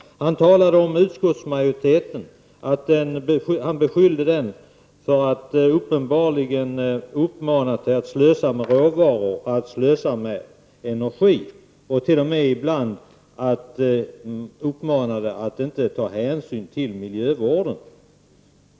Han beskyllde utskottsmajoriteten för att uppenbarligen uppmana till att slösa med råvaror och att slösa med energi, och han sade att den t.o.m. ibland uppmanade att inte ta hänsyn till miljövården.